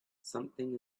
something